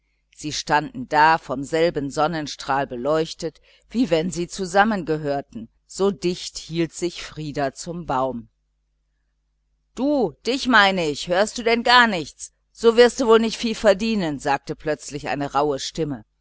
sie standen da vom selben sonnenstrahl beleuchtet und wie wenn sie zusammen gehörten so dicht hielt sich frieder zum baum du dich meine ich hörst du denn gar nichts so wirst du nicht viel verdienen sagte plötzlich eine rauhe stimme